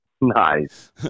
nice